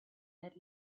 that